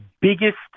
biggest